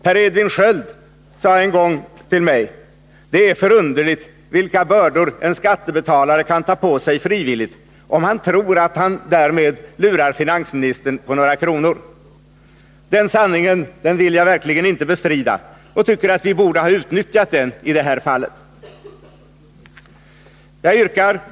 Per Edvin Sköld sade en gång till mig: ”Det är förunderligt vilka bördor en skattebetalare kan ta på sig frivilligt, om han tror att han därmed lurar finansministern på några kronor.” Den sanningen vill jag verkligen inte bestrida, och jag tycker att vi borde ha utnyttjat den i det här fallet. Herr talman!